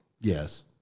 Yes